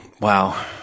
Wow